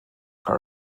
are